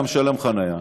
גם משלם חניה,